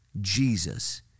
Jesus